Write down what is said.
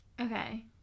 okay